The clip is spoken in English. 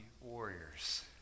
warriors